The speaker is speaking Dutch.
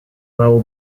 wel